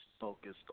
focused